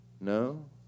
No